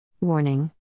Warning